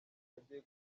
agiye